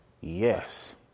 Yes